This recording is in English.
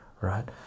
right